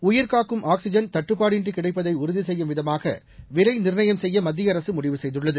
உயிர்காக்கும் ஆக்சிஜன் தட்டுப்பாடின்றி கிடைப்பதை உறுதி செய்யும் விதமாக விலை நிர்ணயம் செய்ய மத்திய அரசு முடிவு செய்துள்ளது